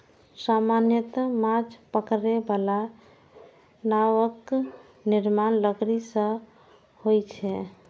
सामान्यतः माछ पकड़ै बला नावक निर्माण लकड़ी सं होइ छै